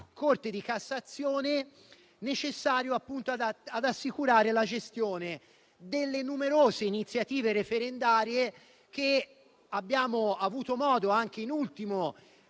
Corte di cassazione ad assicurare la gestione delle numerose iniziative referendarie che abbiamo avuto modo, anche da ultimo,